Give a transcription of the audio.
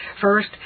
First